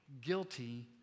guilty